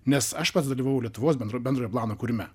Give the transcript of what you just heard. nes aš pats dalyvavau lietuvos bendro bendrojo plano kūrime